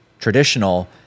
traditional